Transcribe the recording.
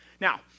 Now